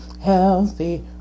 healthy